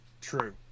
True